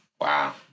wow